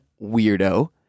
weirdo